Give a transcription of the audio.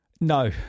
No